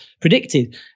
predicted